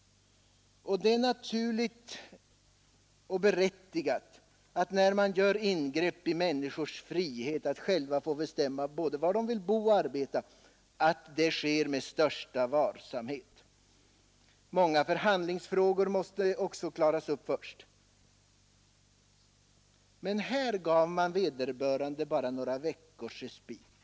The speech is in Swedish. När man gör ingrepp i människors frihet att själva bestämma var de vill bo och arbeta, är det både naturligt och berättigat att kräva, att de ingreppen görs med största möjliga varsamhet. Många förhandlingsfrågor måste också klaras upp först. Men här gavs vederbörande endast några veckors respit.